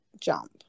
jump